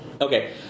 Okay